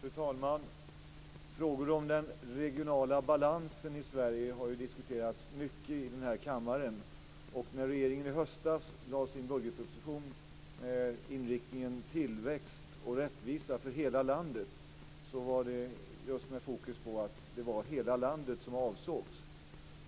Fru talman! Frågor om den regionala balansen i Sverige har diskuterats mycket i den här kammaren. När regeringen i höstas lade fram sin budgetproposition med inriktningen tillväxt och rättvisa för hela landet låg fokus på att det var just hela landet som avsågs.